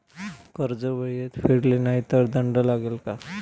कर्ज वेळेत फेडले नाही तर दंड लागेल का?